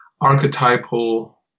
archetypal